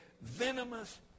venomous